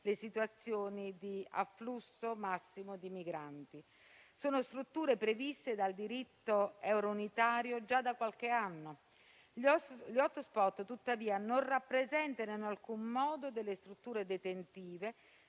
le situazioni di afflusso massimo di migranti. Sono strutture previste dal diritto eurounitario già da qualche anno. Gli *hotspot*, tuttavia, non rappresentano in alcun modo delle strutture detentive,